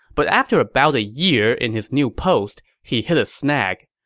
but after about a year in his new post, he hit a snag.